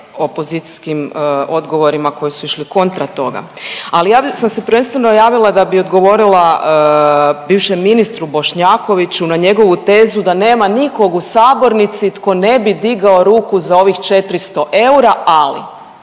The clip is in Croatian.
opozicijskim odgovorima koji su išli kontra toga. Ali ja bi, sam se prvenstveno javila da bi odgovorila bivšem ministru Bošnjakoviću na njegovu tezu da nema nikog u sabornici tko ne bi digao ruku za ovih 400 eura ali,